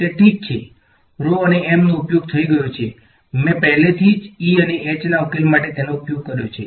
તે ઠીક છે rho અને m નો ઉપયોગ થઈ ગયો છે મેં પહેલેથી જ E અને H ના ઉકેલ માટે તેનો ઉપયોગ કર્યો છે